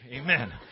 Amen